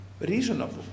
reasonable